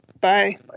Bye